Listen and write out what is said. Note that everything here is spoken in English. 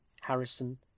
Harrison